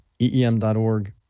EEM.org